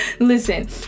Listen